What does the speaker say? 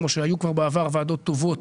כמו שהיו כבר בעבר ועדות טובות,